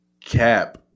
Cap